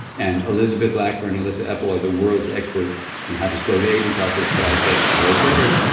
and elizabeth blackburn, elissa epel are the world's experts in how to slow the aging process. so i said okay,